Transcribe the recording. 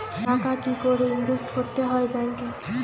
টাকা কি করে ইনভেস্ট করতে হয় ব্যাংক এ?